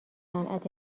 صنعت